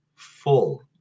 full